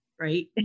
right